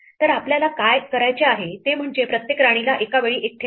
तर आपल्याला काय करायचे आहे ते म्हणजे प्रत्येक राणीला एका वेळी एक ठेवायचे